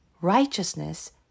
righteousness